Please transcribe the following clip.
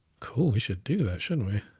cool, we should do that, shouldn't we?